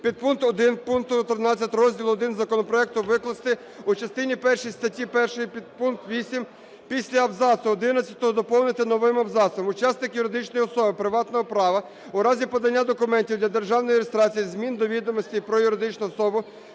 підпункт 1 пункту 13 розділу І законопроекту викласти: "у частині першій статті 1: підпункт 8 після абзацу одинадцятого доповнити новим абзацом: "учасник юридичної особи приватного права у разі подання документів для державної реєстрації змін до відомостей про юридичну особу,